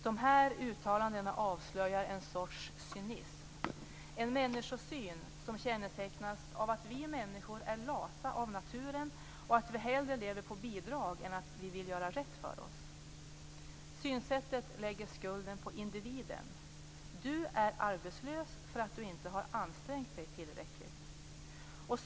Dessa uttalanden avslöjar en sorts cynism, en människosyn som kännetecknas av att vi människor är lata av naturen och att vi hellre lever på bidrag än gör rätt för oss. Synsättet lägger skulden på individen - du är arbetslös därför att du inte har ansträngt dig tillräckligt.